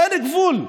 אין גבול.